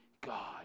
God